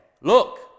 Look